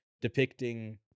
depicting